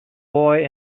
boy